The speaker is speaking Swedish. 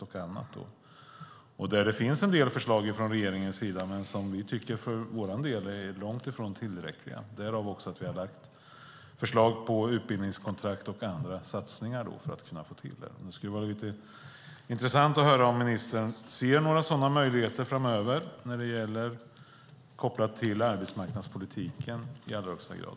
Där finns det en del förslag från regeringens sida, men för vår del tycker vi att de är långt ifrån tillräckliga. Därför har vi lagt fram förslag om utbildningskontrakt och andra satsningar. Det skulle vara intressant att höra om ministern ser några sådana möjligheter framöver, kopplat till arbetsmarknadspolitiken i allra högsta grad.